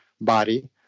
body